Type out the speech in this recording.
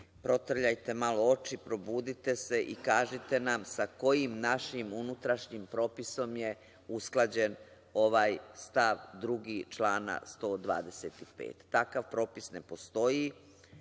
protrljajte malo oči, probudite se i kažite nam sa kojim našim unutrašnjim propisom je usklađen ovaj stav 2. člana 125. Takav propis ne postoji